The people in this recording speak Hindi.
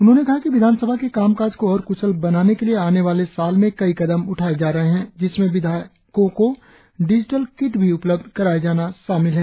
उन्होंने कहा कि विधानसभा के कामकाज को और क्शल बनाने के लिए आने वाले साल में कई कदम उठाए जा रहे है जिसमें विधायको को डिजिटल किट भी उपलब्ध कराया जाना शामिल है